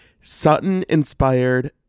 Sutton-inspired